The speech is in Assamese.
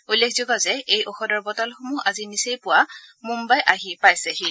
উল্লেখযোগ্য যে এই ঔষধৰ বটলসমূহ আজি নিচেই পুৱাই মুম্বাই আহি পাইছেহি